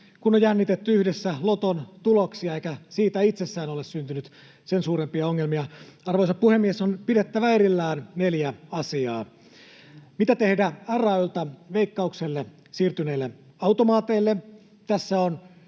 kanssa jännitetty yhdessä loton tuloksia, eikä siitä itsessään ole syntynyt sen suurempia ongelmia. Arvoisa puhemies! On pidettävä erillään neljä asiaa: Mitä tehdä RAY:ltä Veikkaukselle siirtyneille automaateille?